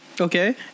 Okay